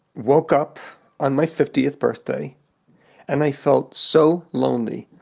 woke up on my fiftieth birthday and i felt so lonely.